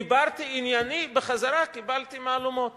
דיברתי עניינית, ובחזרה קיבלתי מהלומות